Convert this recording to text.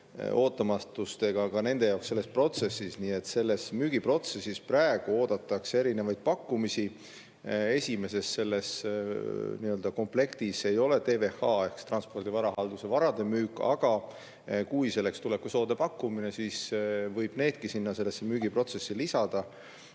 ootamatustega ka nende jaoks selles protsessis. Nii et selles müügiprotsessis praegu oodatakse erinevaid pakkumisi. Esimeses komplektis ei ole TVH ehk Transpordi Varahalduse varade müük, aga kui selleks tuleb ka soodne pakkumine, siis võib needki sellesse müügiprotsessi lisada.